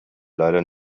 leider